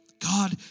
God